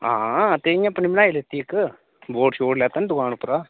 आं ते इं'या अपनी बनाई दित्ती इक्क बोर्ड शोर्ड लैता निं दकान परा